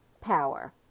power